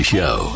Show